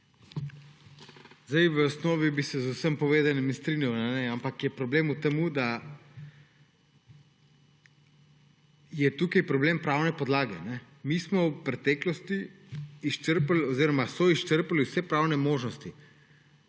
V osnovi bi se z vsem povedanim strinjal, ampak je problem v tem, da je tukaj problem pravne podlage. Mi smo v preteklosti izčrpali oziroma so izčrpali vse pravne možnosti.